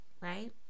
right